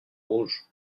rouge